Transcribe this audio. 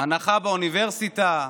הנחה באוניברסיטה,